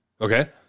Okay